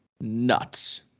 nuts